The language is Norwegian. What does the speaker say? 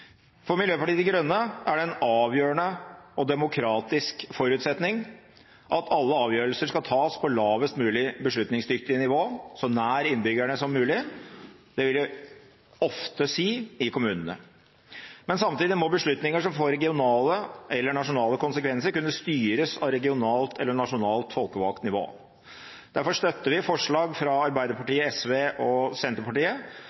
For Miljøpartiet De Grønne er det en avgjørende og demokratisk forutsetning at alle avgjørelser skal tas på lavest mulig beslutningsdyktig nivå, så nær innbyggerne som mulig – det vil ofte si i kommunene. Men samtidig må beslutninger som får regionale eller nasjonale konsekvenser, kunne styres av regionalt eller nasjonalt folkevalgt nivå. Derfor støtter vi forslag fra